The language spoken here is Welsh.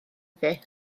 iddi